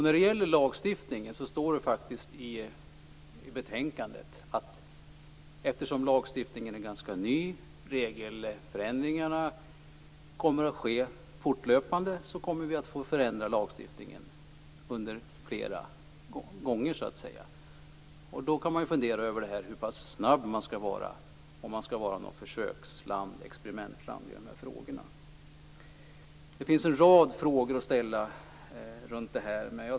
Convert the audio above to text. När det gäller lagstiftningen står det faktiskt i betänkandet att eftersom lagstiftningen är ganska ny och regelförändringar kommer att ske fortlöpande kommer vi att få förändra lagstiftningen flera gånger. Då kan man fundera över hur pass snabb man skall vara och om man skall vara något slags försöksland eller experimentland i de här frågorna. Det finns en rad frågor att ställa runt det här.